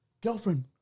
Girlfriend